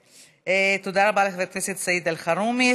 תודה רבה לחבר הכנסת סעיד אלחרומי.